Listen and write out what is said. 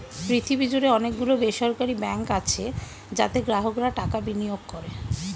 পৃথিবী জুড়ে অনেক গুলো বেসরকারি ব্যাঙ্ক আছে যাতে গ্রাহকরা টাকা বিনিয়োগ করে